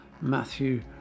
Matthew